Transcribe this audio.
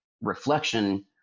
reflection